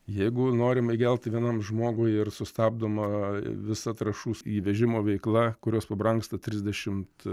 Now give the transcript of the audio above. jeigu norim įgelti vienam žmogui ir sustabdoma visa trąšų įvežimo veikla kurios pabrangsta trisdešimt